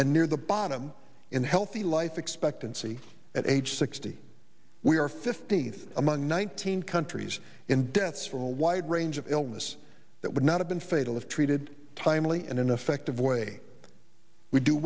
and near the bottom in healthy life expectancy at age sixty we are fifteenth among nineteen countries in deaths from a wide range of illness that would not have been fatal if treated timely and ineffective way we do